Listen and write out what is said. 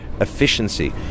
efficiency